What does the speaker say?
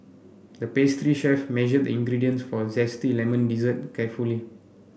the pastry chef measured the ingredients for a zesty lemon dessert carefully